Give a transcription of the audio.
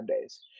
days